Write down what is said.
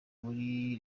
muri